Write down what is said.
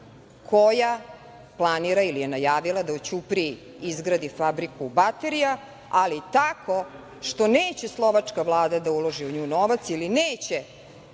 koja planira ili je najavila da u Ćupriji izgradi fabriku baterija, ali tako što neće slovačka vlada u nju da uloži novac ili neće